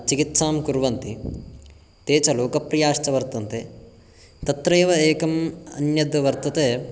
चिकित्सां कुर्वन्ति ते च लोकप्रियाश्च वर्तन्ते तत्रैव एकम् अन्यद् वर्तते